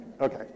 Okay